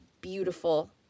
beautiful